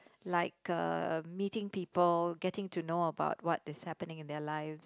like uh meeting people getting to know about what is happening in their lives